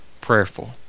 prayerful